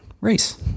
race